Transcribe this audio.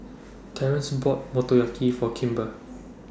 Terrence bought Motoyaki For Kimber